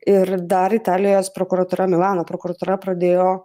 ir dar italijos prokuratūra milano prokuratūra pradėjo